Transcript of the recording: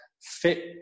fit